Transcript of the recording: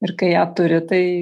ir kai ją turi tai